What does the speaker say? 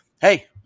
hey